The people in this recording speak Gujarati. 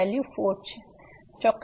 તેથી ચોક્કસપણે આ ફંક્શન કંટીન્યુઅસ નથી